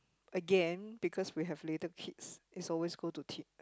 again because we have little kids is always go to